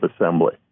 assembly